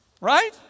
Right